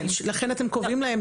לכן אתם קובעים להם,